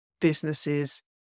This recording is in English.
businesses